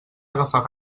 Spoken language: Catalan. agafar